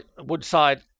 Woodside